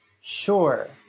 Sure